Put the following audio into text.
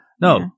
No